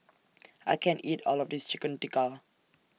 I can't eat All of This Chicken Tikka